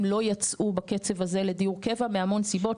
לא יצאו בקצב הזה לדיור קבע מהמון סיבות,